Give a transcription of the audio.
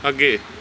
ਅੱਗੇ